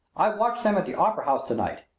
i watched them at the opera house to-night.